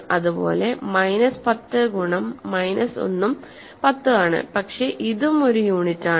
അതുപോലെ മൈനസ് 10 ഗുണം മൈനസ് 1 ഉം 10 ആണ് പക്ഷെ ഇതും ഒരു യൂണിറ്റ് ആണ്